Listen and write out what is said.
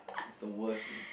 that's the worst eh